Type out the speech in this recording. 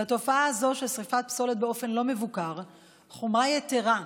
לתופעה הזאת של שרפת פסולת באופן לא מבוקר יש חומרה יתרה,